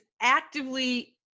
actively